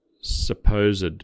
supposed